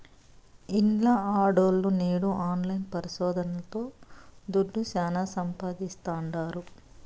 ఇంట్ల ఆడోల్లు నేడు ఆన్లైన్ పరిశోదనల్తో దుడ్డు శానా సంపాయిస్తాండారు